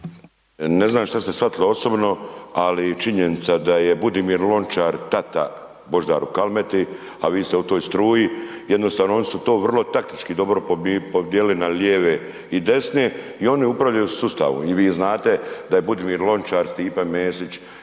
Ne znam što ste shvatili osobno, ali činjenica da je Budimir Lončar tata Božidaru Kalmeti, ali vi ste u toj struji, jednostavno, oni su to vrlo taktički dobro podijelili na lijeve i desne i oni upravljaju sustavom i vi znate da je Budimir Lončar, Stipe Mesić,